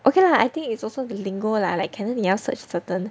okay lah I think it's also bilingual lah like 可能你要 search certain